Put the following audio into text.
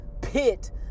pit